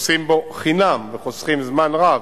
נוסעים בו חינם וחוסכים זמן רב.